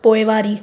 पोइवारी